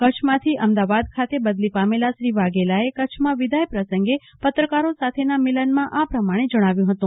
કચ્છમાંથી અમદાવાદ બદલી પામેલા શ્રી વાઘેલાએ કચ્છમાં વિદાય પ્રસંગે પત્રકારો સાથેના મિલનમાં આ પ્રમાણે જણાવ્યું હતું